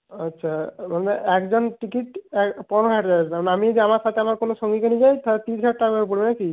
আচ্ছা মানে একজন টিকিট পনেরো হাজার টাকা মানে আমি যদি আমার সাথে আমার কোনও সঙ্গীকে নিয়ে যাই তাহলে তিরিশ হাজার টাকা করে পড়বে নাকি